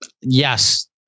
Yes